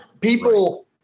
People